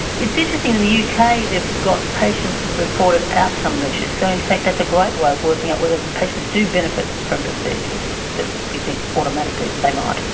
it's interesting, in the uk yeah kind of they've got patient reported outcome measures. so in fact that's a great way of working out whether patients do benefit from procedures that we think automatically they might.